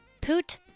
Put